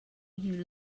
you